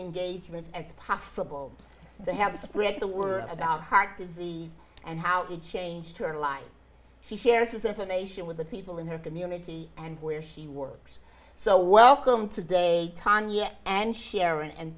engagements as possible to have spread the word about heart disease and how it changed her life she shares information with the people in her community and where she works so welcome to day tania and sharon and